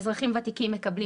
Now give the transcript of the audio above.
אזרחים ותיקים שמקבלים